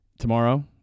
Tomorrow